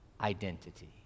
identity